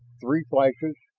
three flashes,